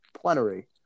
plenary